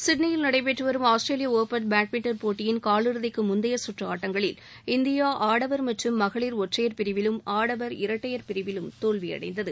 சிட்னியில் நடைபெற்றுவரும் ஆஸ்திரேலிய ஒபன் பேட்மிண்டன் போட்டியின் காலிறுதிக்கு முந்தைய சுற்று ஆட்டங்களில் இந்தியா ஆடவர் மற்றும் மகளிர் ஒற்றையர் பிரிவிலும் ஆடவர் இரட்டையர் பிரிவிலும் தோல்வி அடைந்தது